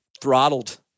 throttled